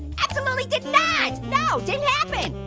absolutely did not, no, didn't happen.